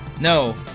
No